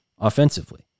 offensively